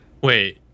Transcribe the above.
Wait